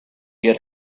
get